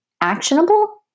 actionable